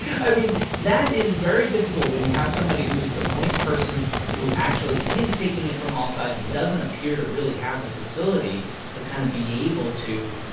i mean, that is very difficult when you have somebody who is the point person who actually is taking it from all sides and doesn't appear to really have the facility to kind of be able to,